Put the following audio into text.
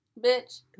bitch